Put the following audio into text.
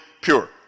pure